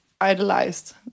idolized